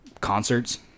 concerts